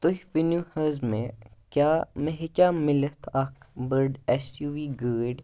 تُہۍ ؤنِو حظ مےٚ کیٛاہ مےٚ ہیٚکیٛاہ مِلِتھ اَکھ بٔڑ اٮ۪س یوٗ وی گٲڑۍ